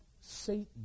Satan